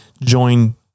Join